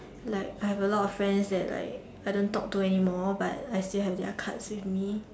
like I have a lot friends that like I don't talk to anymore but I still have their cards with me